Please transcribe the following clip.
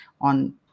on